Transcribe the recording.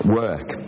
work